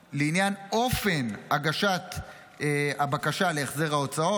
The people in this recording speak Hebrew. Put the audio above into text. לעניין אופן הגשת הבקשה להחזר ההוצאות,